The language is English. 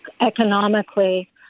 economically